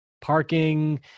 Parking